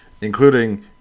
including